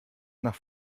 nach